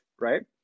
right